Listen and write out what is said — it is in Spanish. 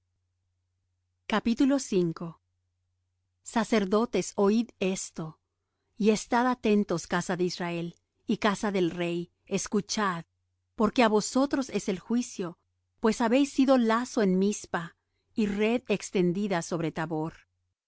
serán avergonzados sacerdotes oid esto y estad atentos casa de israel y casa del rey escuchad porque á vosotros es el juicio pues habéis sido lazo en mizpa y red extendida sobre tabor